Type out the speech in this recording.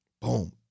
Boom